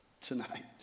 tonight